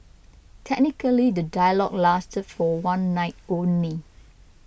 technically the dialogue lasted for one night only